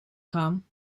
gaan